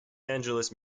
angeles